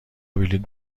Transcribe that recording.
بلیط